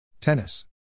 Tennis